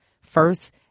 First